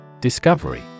DISCOVERY